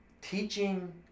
teaching